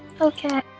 Okay